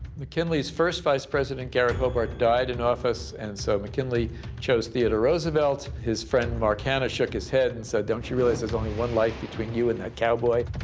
mckinley's first vice president, garret hobart, died in office. and so mckinley chose theodore roosevelt. his friend, mark hanna shook his head and said, don't you realize there's only one life between you and that cowboy?